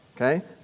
Okay